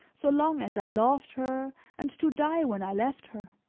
so long as i loved her and to die when i left her.